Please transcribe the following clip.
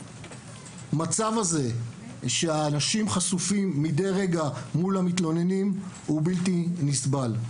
המצב הזה שהאנשים חשופים מדי רגע מול המתלוננים הוא בלתי נסבל.